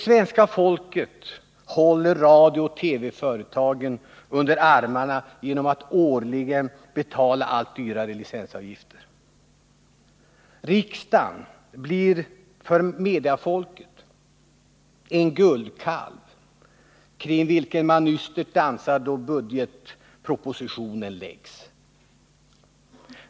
Svenska folket håller radiooch TV-företagen under armarna genom att årligen betala allt dyrare licensavgifter. Riksdagen blir för mediafolket en guldkalv, kring vilken man ystert dansar då budgetpropositionen läggs fram.